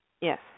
Yes